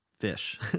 fish